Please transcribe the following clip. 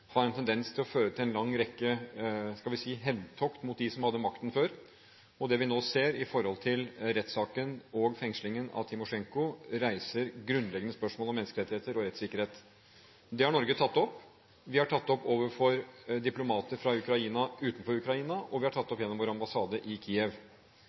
har en tendens til å føre til en lang rekke – skal vi si – hevntokt mot dem som hadde makten før. Det vi nå ser når det gjelder rettssaken og fengslingen av Timosjenko, reiser grunnleggende spørsmål om menneskerettigheter og rettssikkerhet. Det har Norge tatt opp. Vi har tatt det opp overfor diplomater fra Ukraina utenfor Ukraina, og vi har tatt det opp gjennom vår ambassade i Kiev.